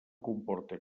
comporta